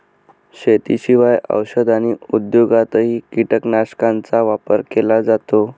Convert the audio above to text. शेतीशिवाय औषध आणि उद्योगातही कीटकनाशकांचा वापर केला जातो